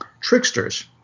tricksters